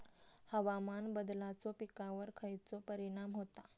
हवामान बदलाचो पिकावर खयचो परिणाम होता?